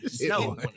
No